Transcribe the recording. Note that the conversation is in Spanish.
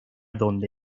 donde